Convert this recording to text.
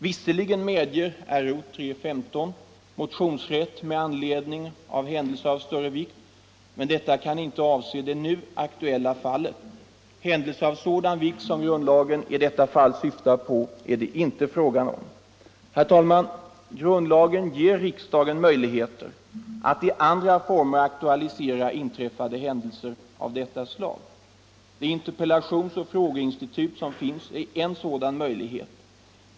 Visserligen medger RO 3:15 motionsrätt ”med anledning av händelse av större vikt” men detta kan inte avse det nu aktuella fallet. Händelse av sådan vikt som grundlagen i detta fall syftar på är det inte fråga om. Herr talman! Grundlagen ger riksdagen möjligheter att i andra former aktualisera inträffade händelser av detta slag. Det interpellationsoch frågeinstitut som finns är en sådan möjlighet.